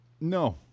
no